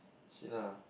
shit lah